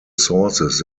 sources